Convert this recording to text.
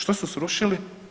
Što su srušili?